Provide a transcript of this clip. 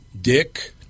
dick